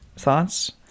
thoughts